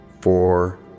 four